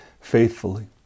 faithfully